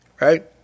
right